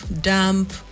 damp